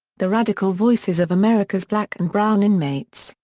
the radical voices of america's black and brown inmates,